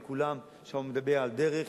ובכולם הוא מדבר על דרך